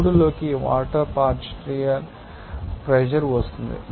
03 లోకి water partial pressure వస్తుంది